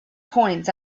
coins